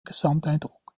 gesamteindruck